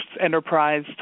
enterprise